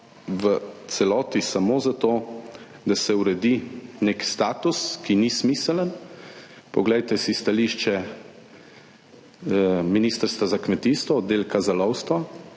v celoti samo za to, da se uredi nek status, ki ni smiseln. Poglejte si stališče Ministrstva za kmetijstvo, Oddelka za lovstvo,